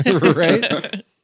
Right